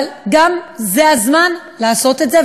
אבל זה גם הזמן לעשות את זה,